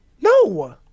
No